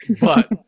But-